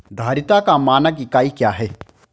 धारिता का मानक इकाई क्या है?